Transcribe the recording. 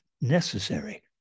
necessary